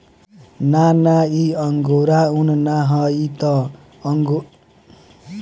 ना ना इ अंगोरा उन ना ह इ त अंगोरे जइसन एगो उन होखेला जेकरा मोहेर कहल जाला